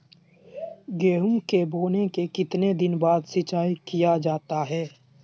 गेंहू के बोने के कितने दिन बाद सिंचाई किया जाता है?